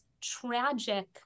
tragic